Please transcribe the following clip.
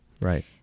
right